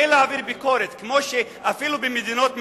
אין להעביר ביקורת, כמו שאפילו במדינות מתוקנות,